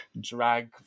drag